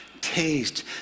taste